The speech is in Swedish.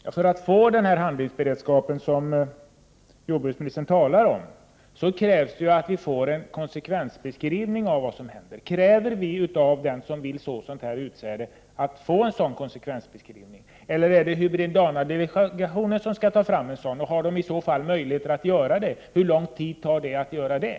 Herr talman! För att få den handlingsberedskap som jordbruksministern talar om krävs det att vi får en konsekvensbeskrivning av vad som händer. Kräver vi av den som vill så genmanipulerat utsäde att lämna en sådan konsekvensbeskrivning? Eller är det hybrid-DNA-delegationen som skall ta fram en sådan? Har hybrid-DNA-delegationen i så fall möjlighet att göra det, och hur lång tid tar det?